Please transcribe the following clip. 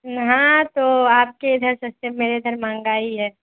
ہاں تو آپ کے ادھر سستے میں میرے ادھر مہنگا ہی ہے